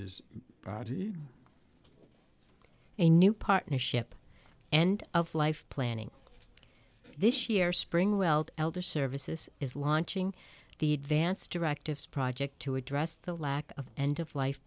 is a new partnership and of life planning this year spring well elder services is launching the advanced directives project to address the lack of end of life